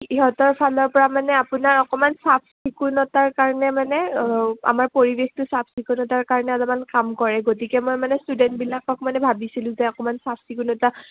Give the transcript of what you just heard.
সিহঁতৰফালৰপৰা মানে আপোনাৰ অকণমান চাফ চিকুণতাৰ কাৰণে মানে আমাৰ পৰিৱেশটো চাফ চিকুণতাৰ কাৰণে অলপমান কাম কৰে গতিকে মই মানে ষ্টুডেণ্টবিলাকক মানে ভাবিছিলোঁ যে অকণমান চাফ চিকুণতা